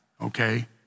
okay